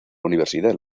universidad